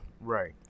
Right